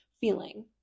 feeling